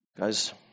Guys